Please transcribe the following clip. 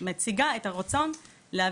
ומציגה בעצם את הרצון להעביר